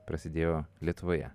prasidėjo lietuvoje